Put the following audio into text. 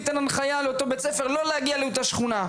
שלא להגיע לאותה השכונה.